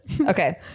okay